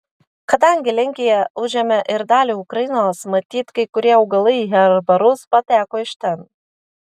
kadangi lenkija užėmė ir dalį ukrainos matyt kai kurie augalai į herbarus pateko iš ten